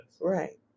Right